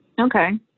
Okay